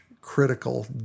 critical